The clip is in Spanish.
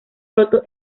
roto